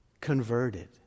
converted